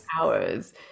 hours